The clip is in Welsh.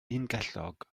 ungellog